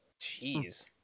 Jeez